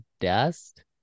dust